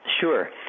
Sure